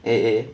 eh eh